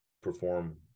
perform